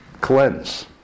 Cleanse